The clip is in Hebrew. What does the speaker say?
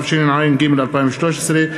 התשע"ג 2013,